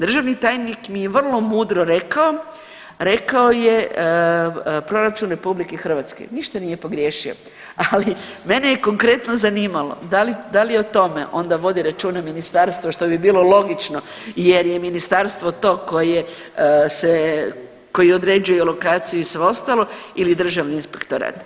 Državni tajnik mi je vrlo mudro rekao, rekao je proračun RH, ništa nije pogriješio, ali mene je konkretno zanimalo da li o tome onda vodi računa ministarstvo, što bi bilo logično jer je ministarstvo to koje se, koji određuje lokaciju i sve ostalo ili Državni inspektorat.